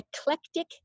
Eclectic